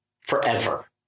forever